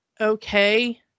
okay